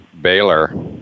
baylor